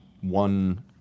one